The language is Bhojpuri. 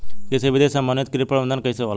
कृषि विधि से समन्वित कीट प्रबंधन कइसे होला?